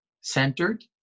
centered